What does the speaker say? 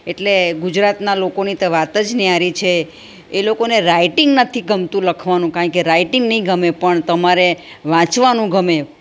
એટલે ગુજરાતના લોકોની તે વાત જ ન્યારી છે એ લોકોને રાઇટિંગ નથી ગમતું લખવાનું કારણ કે રાઇટિંગ નહીં ગમે પણ તમારે વાંચવાનું ગમે